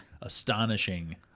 astonishing